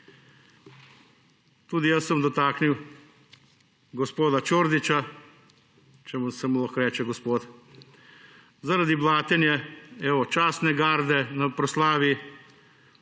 Tudi jaz se bom dotaknil gospoda Čordića, če se mu lahko reče gospod, zaradi blatenja častne garde na proslavi,